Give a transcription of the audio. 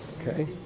Okay